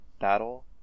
battle